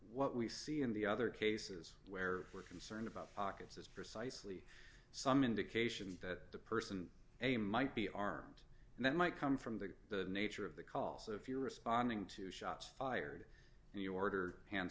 what we see in the other cases where we're concerned about pockets is precisely some indication that the person they might be armed and that might come from the nature of the call so if you're responding to shots fired and you order hands